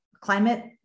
climate